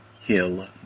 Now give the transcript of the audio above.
Hill